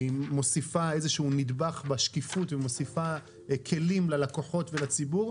מוסיפה איזה שהוא נדבך בשקיפות ומוסיפה כלים ללקוחות ולציבור,